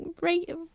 right